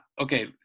okay